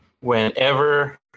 whenever